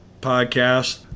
podcast